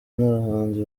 n’abahanzi